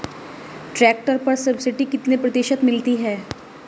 Tractor पर subsidy कितने प्रतिशत मिलती है?